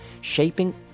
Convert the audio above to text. shaping